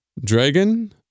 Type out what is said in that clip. dragon